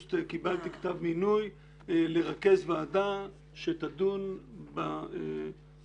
באוגוסט קיבלתי כתב מינוי לרכז ועדה שתדון בזכויות